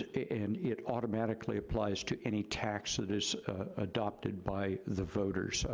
and it automatically applies to any tax that is adopted by the voters,